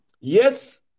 yes